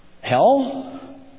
Hell